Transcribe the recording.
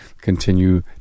continue